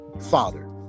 Father